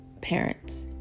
parents